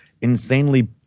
insanely